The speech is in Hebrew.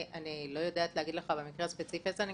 אני לא יודעת להגיד לך במקרה הספציפי הזה.